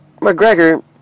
McGregor